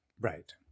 Right